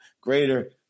greater